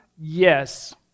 Yes